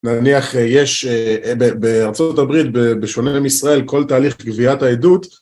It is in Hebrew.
נניח יש בארה״ב בשונה עם ישראל כל תהליך קביעת העדות